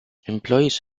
employees